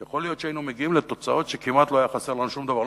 יכול להיות שהיינו מגיעים לתוצאות שכמעט לא היה חסר לנו שום דבר.